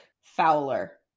Fowler